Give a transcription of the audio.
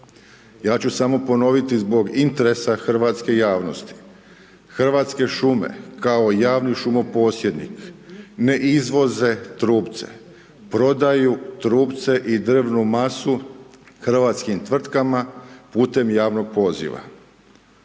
ja ću samo ponoviti zbog interesa hrvatske javnosti, Hrvatske šume kao javni šumoposjednik ne izvoze trupce, prodaju trupce i drvnu masu hrvatskim tvrtkama putem javnog poziva.